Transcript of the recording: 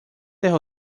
jeho